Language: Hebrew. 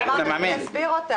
אמרת שהוא יסביר אותה.